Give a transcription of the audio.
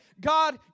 God